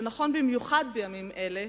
ונכון במיוחד בימים אלה,